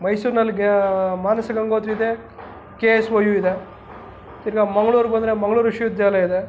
ಮೈಸೂರ್ನಲ್ಲಿ ಮಾನಸ ಗಂಗೋತ್ರಿ ಇದೆ K S O U ಇದೆ ತಿರ್ಗಿ ಮಂಗ್ಳೂರಿಗೋದ್ರೆ ಮಂಗ್ಳೂರು ವಿಶ್ವವಿದ್ಯಾಲಯ ಇದೆ